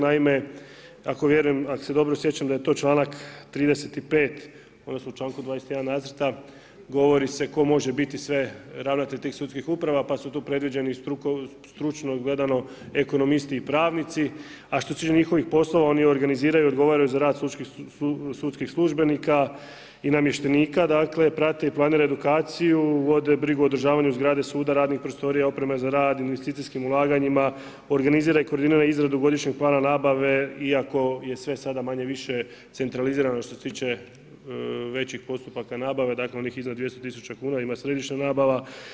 Naime, ako se dobro sjećam da je to čl. 35. odnosno u čl. 21. nacrta govori se tko može biti sve ravnatelj tih sudskih uprava, pa su tu predviđeni stručno gledano ekonomisti i pravnici, a što se tiče njihovih poslova, oni organiziraju i odgovaraju za rad sudskih službenika i namještenika, dakle prate i planiraju edukaciju, vode brigu o održavanju zgrade suda, radnih prostorija, opreme za rad, investicijskim ulaganjima, organizira i koordinira izradu godišnjeg plana nabave iako je sve sada manje-više centralizirano što se tiče većih postupaka nabave, dakle onih iznad 200 tisuća kuna ima središnja nabava.